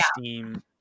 steam